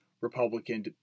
Republican